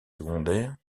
secondaires